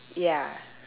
ya